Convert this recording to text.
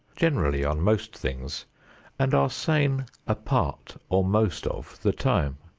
generally on most things and are sane a part or most of the time.